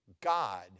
God